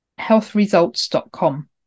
healthresults.com